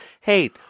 Hey